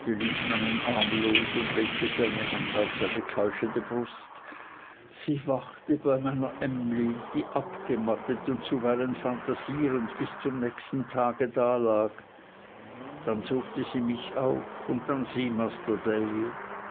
meinen arm los und legte seine hand auf seine keuchende brust sie wachte bei meiner emly die abgemattet und zuweilen phantasierend bis zum nächsten tage dalag dann suchte sie mich auf und dann sie masr davy